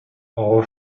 all